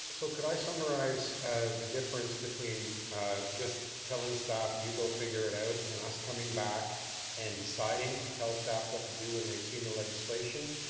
so could i summarize the difference between just telling staff you go figure it out and us coming back and decideing to tell staff what to do when they have seen the legislation?